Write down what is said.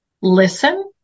listen